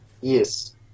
Yes